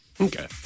Okay